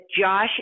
Josh